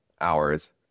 hours